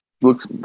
Looks